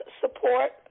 support